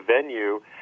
venue